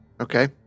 Okay